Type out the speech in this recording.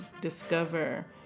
discover